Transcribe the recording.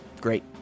Great